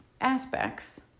aspects